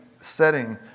setting